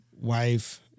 wife